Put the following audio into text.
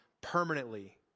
permanently